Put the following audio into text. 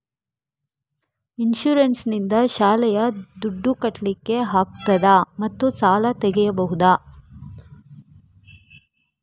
Insurance ನಿಂದ ಶಾಲೆಯ ದುಡ್ದು ಕಟ್ಲಿಕ್ಕೆ ಆಗ್ತದಾ ಮತ್ತು ಸಾಲ ತೆಗಿಬಹುದಾ?